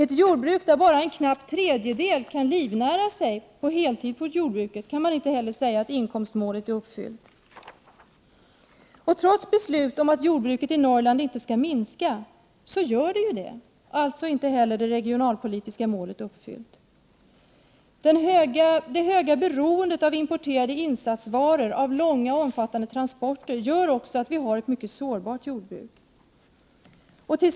Ett jordbruk där bara en knapp tredjedel av heltidsjordbrukarna kan livnära sig på sin verksamhet kan man inte heller säga uppfyller inkomstmålet. Trots beslut om att jordbruket i Norrland inte skall minska är det vad som sker. Alltså är inte heller det regionalpolitiska målet uppfyllt. Det stora beroendet av importerade insatsvaror och av långa och omfattande transporter gör också att vi har ett mycket sårbart jordbruk.